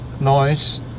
noise